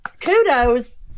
Kudos